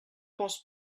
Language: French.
pense